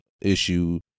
issue